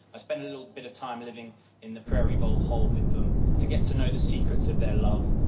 i spent a little bit of time living in the prairie vole hole with them to get to know the secrets of their love,